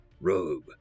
robe